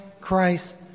Christ